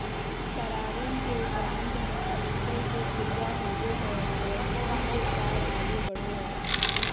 परागन के उपरान्त निषेचन के क्रिया होवो हइ और प्रजनन के कार्य आगे बढ़ो हइ